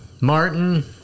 Martin